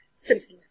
Simpsons